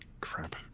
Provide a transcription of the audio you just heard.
crap